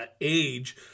age